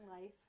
life